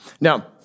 Now